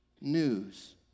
news